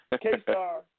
K-Star